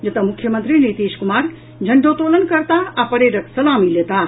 जतऽ मुख्यमंत्री नीतीश कुमार झंडोत्तोलन करताह आ परेडक सलामी लेताह